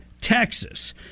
Texas